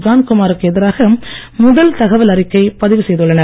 ஜான்குமாருக்கு எதிராக முதல் தகவல் அறிக்கை பதிவு செய்துள்ளனர்